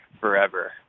forever